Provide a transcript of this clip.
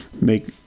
make